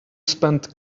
spend